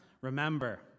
remember